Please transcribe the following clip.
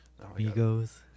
Migos